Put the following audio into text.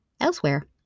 Elsewhere